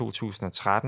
2013